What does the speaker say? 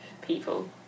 people